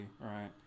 right